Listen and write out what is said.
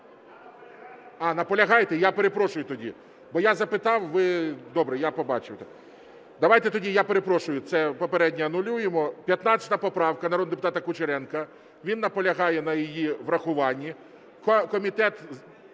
А, наполягаєте? Я перепрошую тоді, бо я запитав, ви… Добре, я побачив. Давайте тоді, я перепрошую, це попереднє анулюємо. 15 поправка народного депутата Кучеренка, він наполягає на її врахуванні.